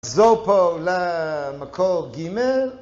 זו פה למקור ג'